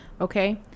Okay